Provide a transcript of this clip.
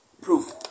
Proof